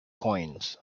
coins